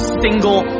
single